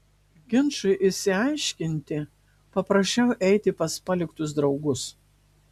ginčui išsiaiškinti paprašiau eiti pas paliktus draugus